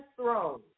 throne